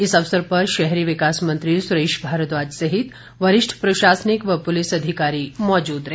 इस अवसर पर शहरी विकास मंत्री सुरेश भारद्वाज सहित वरिष्ठ प्रशासनिक व पुलिस अधिकारी मौजूद रहे